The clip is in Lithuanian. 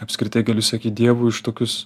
apskritai galiu sakyt dievui už tokius